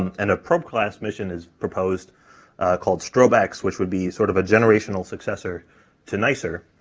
um and a probe class mission is proposed called strobe-x, ah which would be sort of a generational successor to nicer,